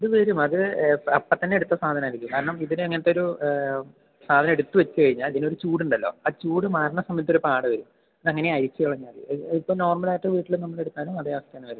അത് വരും അത് അപ്പോൾത്തന്നെ എടുത്ത സാധനം ആയിരിക്കും കാരണം ഇതിന് അങ്ങനത്ത ഒരു സാധനം എടുത്ത് വച്ച് കഴിഞ്ഞാൽ ഇതിന് ഒരു ചൂട് ഉണ്ടല്ലൊ ആ ചൂട് മാറണ സമയത്ത് ഒരു പാട വരും അത് അങ്ങനെ അരിച്ച് കളഞ്ഞാൽ മതി ഇപ്പം നോർമൽ ആയിട്ട് വീട്ടിൽ നമ്മൾ എടുത്താലും അതെ അവസ്ഥതന്നെ വരും